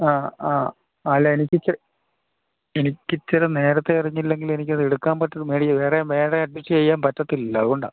ആ ആ അല്ല എനിക്കിച്ചിരെ നേരത്തെ അറിഞ്ഞില്ലെങ്കിലെനിക്കതെടുക്കാന് പറ്റുള്ളു വേറെ വേറെ അഡ്ജസ്റ്റെയ്യാന് പറ്റത്തില്ലല്ലോ അതുകൊണ്ടാണ്